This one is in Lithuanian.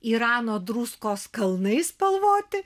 irano druskos kalnai spalvoti